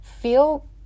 feel